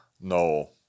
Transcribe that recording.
no